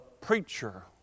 preacher